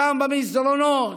שם, במסדרונות,